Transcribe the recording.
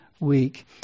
week